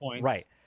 Right